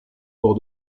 port